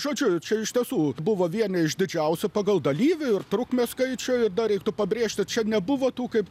žodžiu čia iš tiesų buvo vieni iš didžiausių pagal dalyvių ir trukmę skaičiui dar reiktų pabrėžti čia nebuvo tų kaip